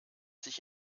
sich